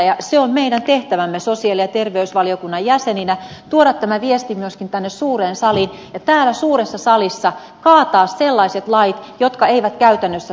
ja se on meidän tehtävämme sosiaali ja terveysvaliokunnan jäseninä tuoda tämä viesti myöskin tänne suureen saliin ja täällä suuressa salissa kaataa sellaiset lait jotka eivät käytännössä toimi